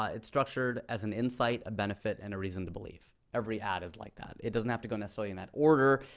ah it's structured as an insight, a benefit, and a to believe. every ad is like that. it doesn't have to go, necessarily in that order.